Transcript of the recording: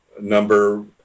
number